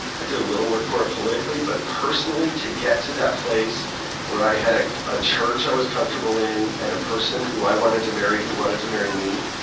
i did a little work for it politically, but personally, to get to that place where i had ah a church i was comfortable in, and a person i wanted to marry who wanted to marry me.